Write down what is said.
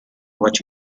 what